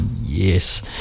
Yes